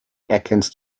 erkennst